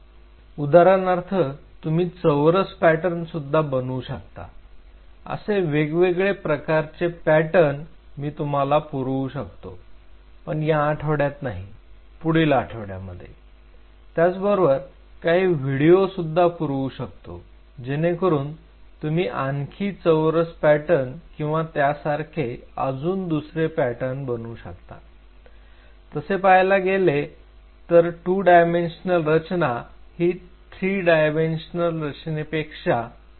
उदाहरणार्थ तुम्ही चौरस पॅटर्न सुद्धा बनू शकता असे वेगवेगळे प्रकारचे पॅटर्न मी तुम्हाला पुरवू शकतो पण या आठवड्यात नाही पुढील आठवड्यामध्ये त्याच बरोबर काही व्हिडिओ सुद्धा पुरवू शकतो जेणेकरून तुम्ही आणखी चौरस पॅटर्न किंवा त्यासारखे अजून दुसरे पॅटर्न बनवू शकता तसे पाहायला गेले तर 2 डायमेन्शनल रचना ही 3 डायमेन्शनल रचनेपेक्षा बनवायला सोपे असते